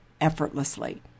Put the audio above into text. Effortlessly